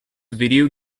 video